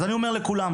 אז אני אומר לכולם,